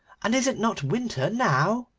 and is it not winter now